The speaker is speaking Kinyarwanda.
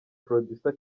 producer